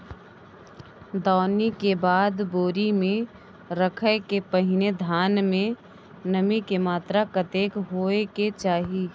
दौनी के बाद बोरी में रखय के पहिने धान में नमी के मात्रा कतेक होय के चाही?